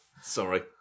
Sorry